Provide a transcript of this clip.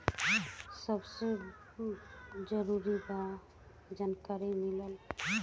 सबसे जरूरी बा जानकारी मिलल